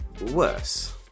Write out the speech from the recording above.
worse